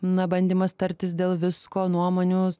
na bandymas tartis dėl visko nuomonių